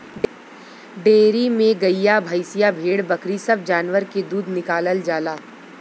dairy में गइया भईंसिया भेड़ बकरी सब जानवर के दूध निकालल जाला